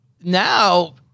now